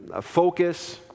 focus